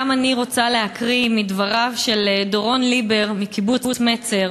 אני רוצה להקריא מדבריו של דורון ליבר מקיבוץ מצר